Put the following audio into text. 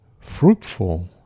fruitful